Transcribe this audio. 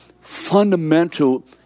fundamental